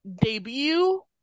Debut